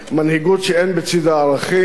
מנהיגות שאין בצדה ערכים,